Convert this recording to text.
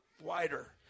wider